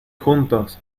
juntos